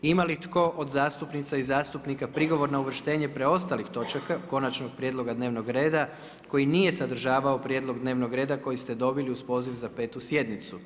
Ima li tko od zastupnica i zastupnika prigovora na uvrštenje preostalih točaka konačnog prijedloga dnevnog reda, koji nije sadržavao prijedlog dnevnog reda koji ste dobili uz poziv za 5. sjednicu.